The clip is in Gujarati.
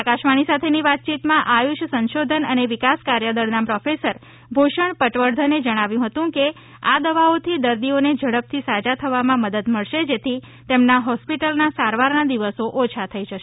આકાશવાણી સાથેની વાતચીતમાં આયુષ સંશોધન અને વિકાસ કાર્યદળના પ્રોફેસર ભૂષણ પટવર્ધને જણાવ્યું હતું કે આ દવાઓથી દર્દીઓને ઝડપથી સાજા થવામાં મદદ મળશે જેથી તેમના હોસ્પીટલના સારવારના દિવસો ઓછા થઇ શકશે